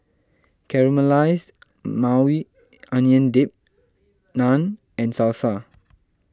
Caramelized Maui Onion Dip Naan and Salsa